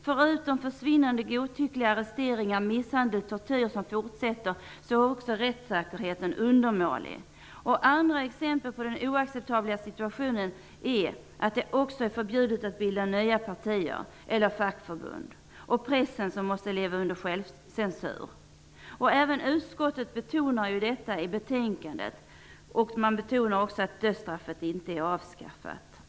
Förutom försvinnanden, godtyckliga arresteringar, misshandel och tortyr som fortsätter, är rättssäkerheten undermålig. Andra exempel på den oacceptabla situationen är att det också är förbjudet att bilda nya partier eller fackförbund. Pressen måste leva under självcensur. Även ett enigt utskott betonar detta samt att dödsstraffet inte är avskaffat.